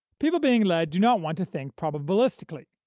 people being led do not want to think probabilistically.